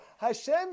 Hashem